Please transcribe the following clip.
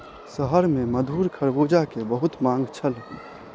शहर में मधुर खरबूजा के बहुत मांग छल